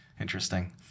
Interesting